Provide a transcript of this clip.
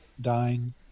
dying